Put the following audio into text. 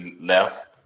left